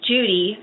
Judy